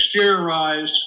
exteriorized